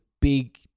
big